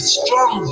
strong